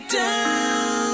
down